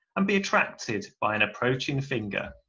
and be attracted by an approaching finger.